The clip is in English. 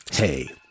Hey